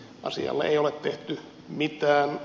asialle ei ole tehty mitään